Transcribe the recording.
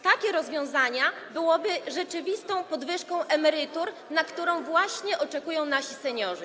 Takie rozwiązania byłyby rzeczywistą podwyżką emerytur, na którą właśnie czekają nasi seniorzy.